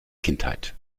kindheit